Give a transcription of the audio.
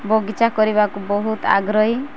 ବଗିଚା କରିବାକୁ ବହୁତ ଆଗ୍ରହୀ